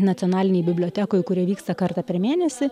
nacionalinėj bibliotekoj kurioj vyksta kartą per mėnesį